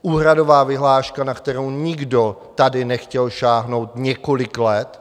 Úhradová vyhláška, na kterou nikdo tady nechtěl sáhnout několik let.